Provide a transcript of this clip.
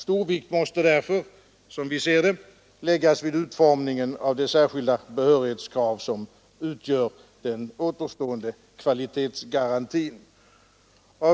Stor vikt måste därför, som vi ser det, läggas vid utformningen av det särskilda behörighetskrav som utgör den återstående kvalitetsgarantin.